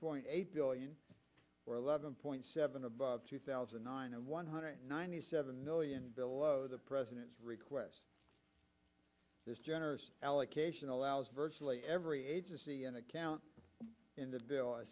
point eight billion or eleven point seven above two thousand and nine and one hundred ninety seven million below the president's request this generous allocation allows virtually every agency and account in the bill a